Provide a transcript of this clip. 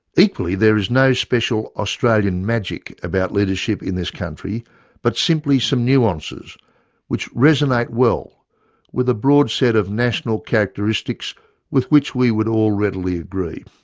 equally there is no special australian magic about leadership in this country but simply some nuances which resonate well with a broad set of national characteristics with which we would all readily agree.